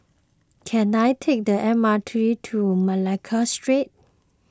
can I take the M R T to Malacca Street